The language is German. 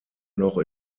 noch